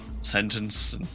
sentence